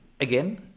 Again